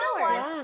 hours